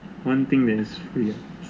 one thing that is free ah